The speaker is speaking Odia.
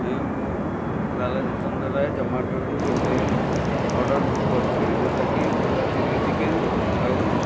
ଏ ମୁଁ ଲାଲାଜିତନ୍ଦ୍ର ରାଏ ଜୋମାଟୋରୁ ଗୋଟେ ଅର୍ଡ଼ର ବୁକ୍ କରିଥିଲି ଯେଉଁଟା କି ଥିଲା ଚିଲି ଚିକେନ୍ ଆଉ